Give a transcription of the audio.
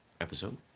episode